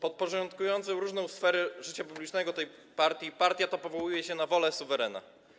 podporządkowującą różne sfery życia publicznego tej partii, partia ta powołuje się na wolę suwerena.